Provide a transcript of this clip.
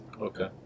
okay